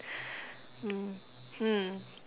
mm hmm